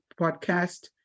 podcast